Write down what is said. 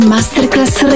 Masterclass